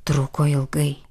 truko ilgai